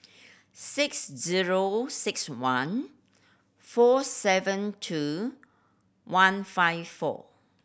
six zero six one four seven two one five four